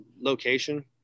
location